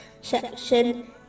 section